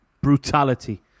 brutality